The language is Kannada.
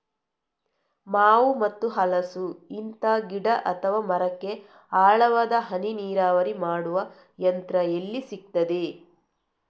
ಮಾವು ಮತ್ತು ಹಲಸು, ಇಂತ ಗಿಡ ಅಥವಾ ಮರಕ್ಕೆ ಆಳವಾದ ಹನಿ ನೀರಾವರಿ ಮಾಡುವ ಯಂತ್ರ ಎಲ್ಲಿ ಸಿಕ್ತದೆ?